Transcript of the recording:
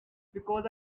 because